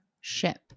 ship